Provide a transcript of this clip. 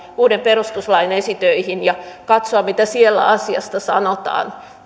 uuden perustuslain esitöihin ja katsoa mitä siellä asiasta sanotaan